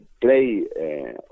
play